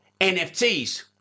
NFTs